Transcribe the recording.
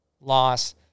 loss